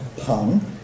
Pung